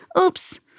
Oops